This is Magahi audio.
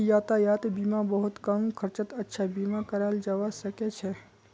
यातायात बीमात बहुत कम खर्चत अच्छा बीमा कराल जबा सके छै